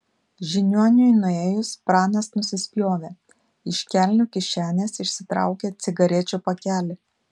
žiniuoniui nuėjus pranas nusispjovė iš kelnių kišenės išsitraukė cigarečių pakelį